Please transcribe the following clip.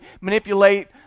manipulate